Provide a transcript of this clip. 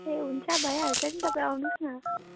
ए हुन्छ भइहाल्छ नि तपाईँ आउनुहोस् न